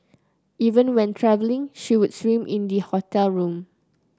even when travelling she would swim in the hotel room